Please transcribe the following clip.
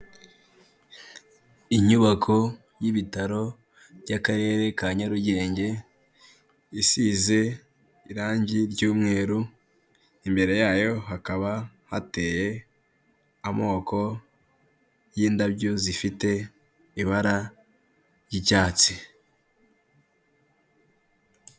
Inyubako y'ibitaro by'Akarere ka Nyarugenge, isize irangi ry'umweru, imbere yayo hakaba hateye amoko y'indabyo zifite ibara ry'icyatsi.